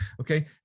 Okay